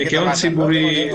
ניקיון ציבורי,